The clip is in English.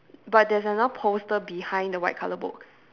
but there's another poster behind the white colour book